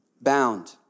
bound